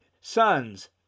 sons